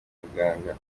muganga